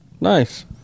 nice